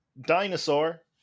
Dinosaur